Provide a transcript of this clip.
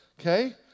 Okay